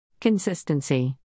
Consistency